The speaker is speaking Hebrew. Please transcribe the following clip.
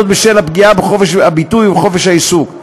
בשל הפגיעה בחופש הביטוי ובחופש העיסוק.